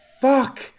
Fuck